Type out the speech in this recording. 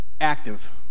active